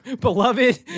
beloved